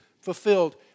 fulfilled